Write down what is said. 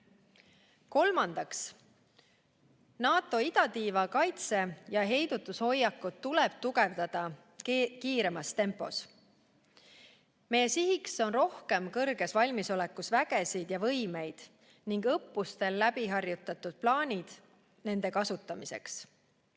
Kolmandaks, NATO idatiiva kaitse‑ ja heidutushoiakut tuleb tugevdada kiiremas tempos. Meie sihiks on rohkem kõrges valmisolekus vägesid ja võimeid ning õppustel läbiharjutatud plaanid nende kasutamiseks.